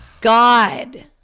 God